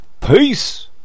Peace